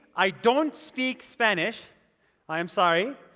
i don't speak spanish i am sorry.